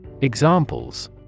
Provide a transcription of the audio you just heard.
Examples